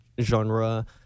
genre